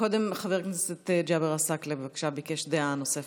קודם חבר הכנסת ג'אבר עסאקלה ביקש דעה נוספת.